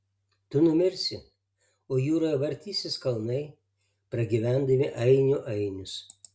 tu numirsi o jūroje vartysis kalnai pragyvendami ainių ainius